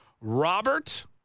Robert